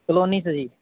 colony 'ਚ ਜੀ